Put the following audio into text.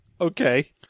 Okay